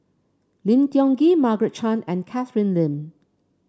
Lim Tiong Ghee Margaret Chan and Catherine Lim